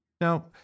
Now